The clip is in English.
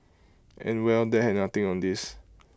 and well that had nothing on this